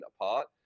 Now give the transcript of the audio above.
apart